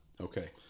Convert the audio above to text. Okay